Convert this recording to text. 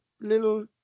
little